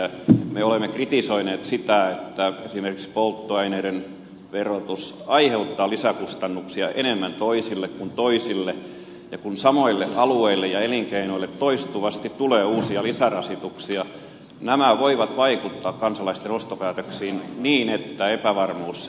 me olemme kritisoineet sitä että esimerkiksi polttoaineiden verotus aiheuttaa lisäkustannuksia enemmän toisille kuin toisille ja kun samoille alueille ja elinkeinoille toistuvasti tulee uusia lisärasituksia nämä voivat vaikuttaa kansalaisten ostopäätöksiin niin että epävarmuus lisääntyy